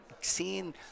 seeing